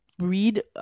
read